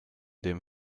dem